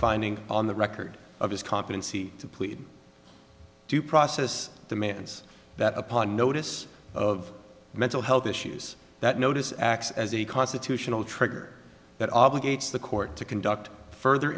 finding on the record of his competency to plead due process demands that upon notice of mental health issues that notice acts as a constitutional trigger that obligates the court to conduct a further